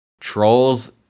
Trolls